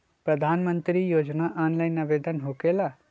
प्रधानमंत्री योजना ऑनलाइन आवेदन होकेला?